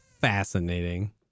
fascinating